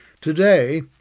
Today